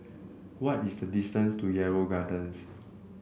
what is the distance to Yarrow Gardens